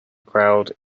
crowd